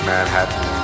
Manhattan